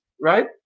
right